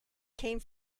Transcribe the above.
came